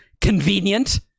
convenient